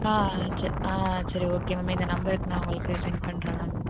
ஆ சரி ஆ சரி ஓகே மேம் இந்த நம்பருக்கு நான் உங்களுக்கு செண்ட் பண்ணுறேன் மேம்